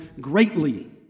greatly